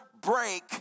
break